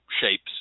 shapes